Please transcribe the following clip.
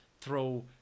throw